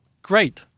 great